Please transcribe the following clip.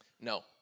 No